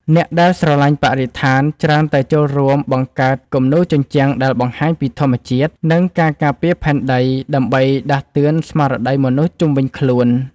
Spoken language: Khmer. អ្នកដែលស្រឡាញ់បរិស្ថាន ច្រើនតែចូលរួមបង្កើតគំនូរជញ្ជាំងដែលបង្ហាញពីធម្មជាតិ និងការការពារផែនដី ដើម្បីដាស់តឿនស្មារតីមនុស្សជុំវិញខ្លួន។